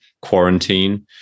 quarantine